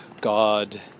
God